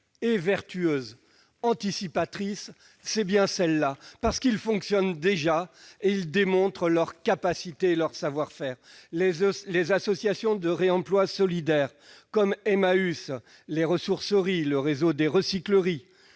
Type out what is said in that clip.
et vertueuse, anticipatrice, c'est bien celle-là ! Ces réseaux fonctionnent déjà, et ils démontrent leur capacité et leur savoir-faire. Les associations de réemploi solidaire comme Emmaüs, les ressourceries, le réseau des recycleries